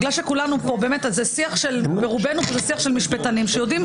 באמת זה שיח ברובנו של משפטנים שיודעים,